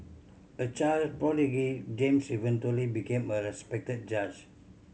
a child prodigy James eventually became a respected judge